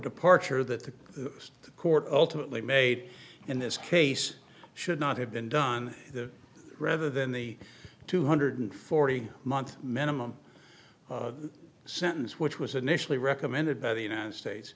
departure that the court ultimately made in this case should not have been done rather than the two hundred forty month minimum sentence which was initially recommended by the united states